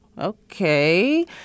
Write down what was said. Okay